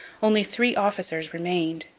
only three officers remained.